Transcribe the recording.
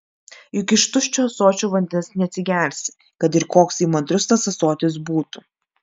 juk iš tuščio ąsočio vandens neatsigersi kad ir koks įmantrus tas ąsotis būtų